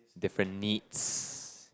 different needs